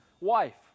wife